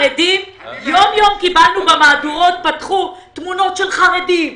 יום יום פתחו את מהדורות החדשות עם תמונות של חרדים,